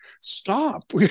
Stop